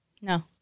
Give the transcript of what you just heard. No